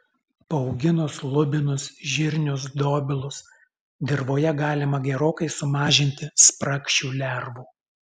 paauginus lubinus žirnius dobilus dirvoje galima gerokai sumažinti spragšių lervų